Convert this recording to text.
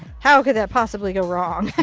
how could that possibly go wrong? i